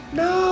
no